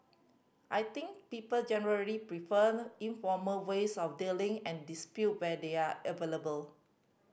I think people generally preferred informal ways of dealing and dispute where they are available